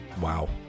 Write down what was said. wow